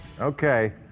Okay